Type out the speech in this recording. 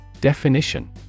Definition